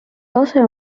lase